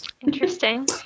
Interesting